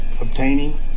obtaining